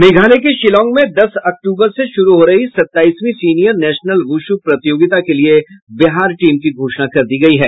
मेघालय के शिलॉग में दस अक्टूबर से शुरू हो रही सत्ताईसवीं सीनियर नेशनल वुशु प्रतियोगिता के लिये बिहार टीम की घोषणा कर दी गयी है